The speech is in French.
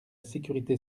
sécurité